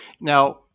Now